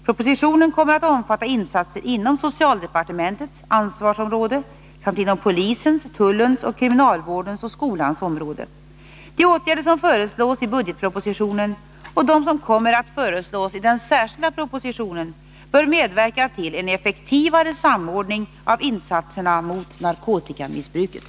Propositionen kommer att omfatta insatser inom socialdepartementets ansvarsområde samt inom polisens, tullens, kriminalvårdens och skolans områden. De åtgärder som föreslås i budgetpropositionen och de som kommer att föreslås i den särskilda propositionen bör medverka till en effektivare samordning av insatserna mot narkotikamissbruket.